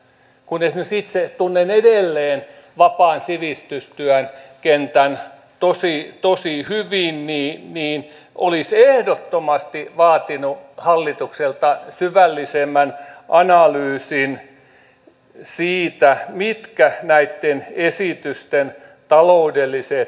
kun esimerkiksi itse tunnen edelleen vapaan sivistystyön kentän tosi hyvin niin olisin ehdottomasti vaatinut hallitukselta syvällisemmän analyysin siitä mitkä näitten esitysten taloudelliset yhteisvaikutukset ovat